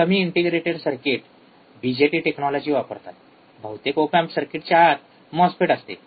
खूप कमी integrated circuits BJT technology वापरतात बहुतेक ओप एम्प सर्किटच्या आत मॉस्फेट असते